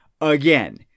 again